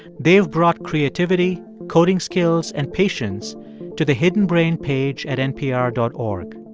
they've brought creativity, coding skills and patience to the hidden brain page at npr dot org.